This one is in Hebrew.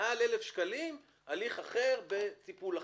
ומעל 1,000 שקלים הליך אחר, בטיפול אחר.